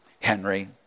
Henry